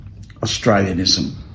Australianism